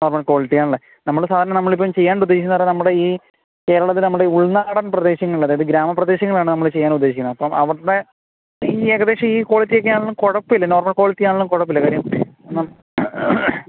normal quality ആണല്ലേ നമ്മൾ സാധാരണ നമ്മൾ ഇപ്പം ചെയ്യാൻ ഉദ്ദേശിക്കുന്നത് സാറേ നമ്മുടെ ഈ കേരളത്തിലെ നമ്മുടെ ഉൾനാടൻ പ്രദേശങ്ങളിൽ അതായത് ഗ്രാമപ്രദേശങ്ങളാണ് നമ്മൾ ചെയ്യാൻ ഉദ്ദേശിക്കുന്നത് അപ്പം അവരുടെ ഈ ഏകദേശം ഈ ക്വാളിറ്റിയൊക്കെ ആണെങ്കിലും കുഴപ്പം ഇല്ല നോർമൽ ക്വാളിറ്റി ആണെങ്കിലും കുഴപ്പം ഇല്ല കാര്യം